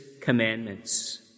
commandments